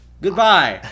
Goodbye